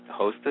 hosted